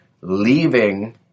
leaving